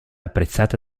apprezzata